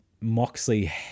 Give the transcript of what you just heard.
Moxley